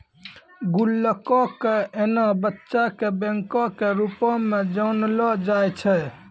गुल्लको के एना बच्चा के बैंको के रुपो मे जानलो जाय छै